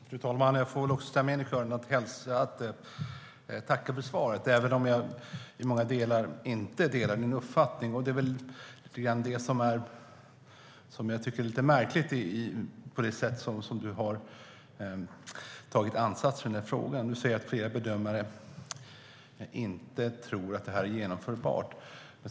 Fru talman! Jag får också ställa mig in i kön och tacka för svaret, även om det i många delar inte är min uppfattning. Det är lite märkligt med det sätt som du har tagit ansats i frågan. Du säger att flera bedömare inte tror att det är genomförbart.